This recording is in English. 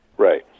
Right